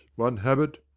one habit,